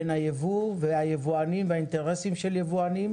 בין היבוא והיבואנים והאינטרסים של היבואנים,